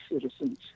citizens